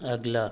अगला